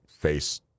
face